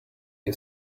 you